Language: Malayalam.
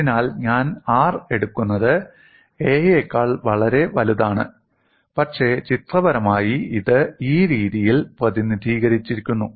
അതിനാൽ ഞാൻ r എടുക്കുന്നത് a യെക്കാൾ വളരെ വലുതാണ് പക്ഷേ ചിത്രപരമായി ഇത് ഈ രീതിയിൽ പ്രതിനിധീകരിക്കുന്നു